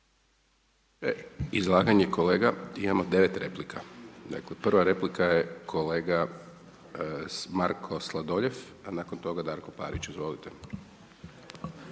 Izlaganje kolega. Imamo 9 replika. Dakle, prva replika je kolega Marko Sladoljev, a nakon toga Darko Parić, izvolite.